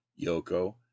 Yoko